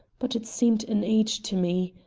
but it seemed an age to me.